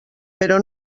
però